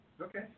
Okay